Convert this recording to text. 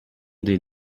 des